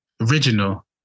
Original